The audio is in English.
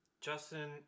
Justin